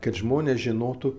kad žmonės žinotų